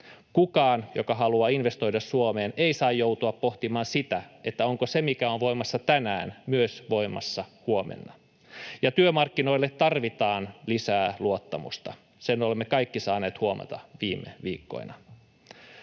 Kukaan, joka haluaa investoida Suomeen, ei saa joutua pohtimaan sitä, onko se, mikä on voimassa tänään, voimassa myös huomenna. Ja työmarkkinoille tarvitaan lisää luottamusta. Sen olemme kaikki saaneet huomata viime viikkoina.